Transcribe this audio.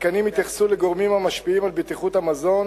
התקנים יתייחסו לגורמים המשפיעים על בטיחות המזון,